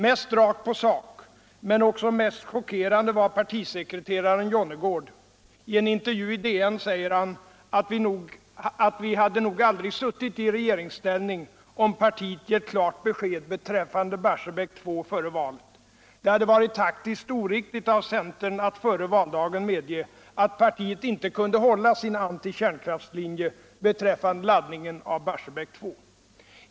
Mest rakt på såk — men också mest chockerande — var partisekreteraren Jonnergård. I en intervju i DN säger han att partiet hade nog-aldrig suttit I regeringsställning om det geut klart besked beträffande Barsebäck 2 före valet. Det hade varit taktiskt oriktigt av centern att före valdagen medge att partiet inte kunde hålta sin antikärnkrafislinie beträtffande laddningen av Barsebäck 2.